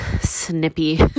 snippy